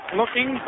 looking